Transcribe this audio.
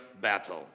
battle